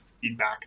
feedback